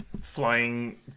flying